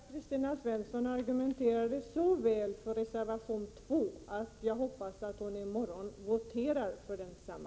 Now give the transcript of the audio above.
Herr talman! Kristina Svensson argumenterade så väl för reservation 2 att jag hoppas att hon i morgon röstar för densamma.